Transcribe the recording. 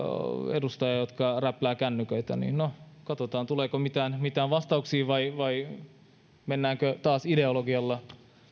edustajaa jotka räpläävät kännyköitään no katsotaan tuleeko mitään mitään vastauksia vai vai mennäänkö taas ideologialla